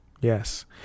Yes